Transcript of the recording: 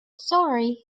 sorry